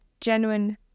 genuine